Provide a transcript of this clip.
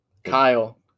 kyle